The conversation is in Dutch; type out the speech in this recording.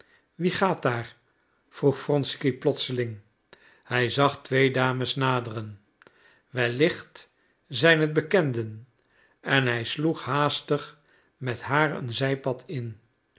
wie gaat daar vroeg wronsky plotseling hij zag twee dames naderen wellicht zijn het bekenden en hij sloeg haastig met haar een zijpad in